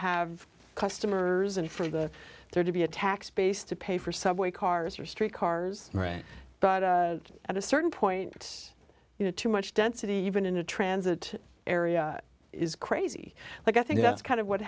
have customers and for the there to be a tax base to pay for subway cars or street cars right but at a certain point you know too much density even in a transit area is crazy like i think that's kind of what